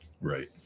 Right